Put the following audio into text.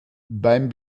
beim